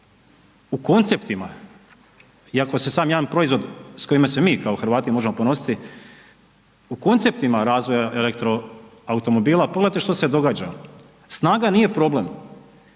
u konceptima i ako se samo jedan proizvod, s kojima se mi kao Hrvati možemo ponositi, u konceptima razvoja elektro automobila pogledajte što se događa, snaga nije problem,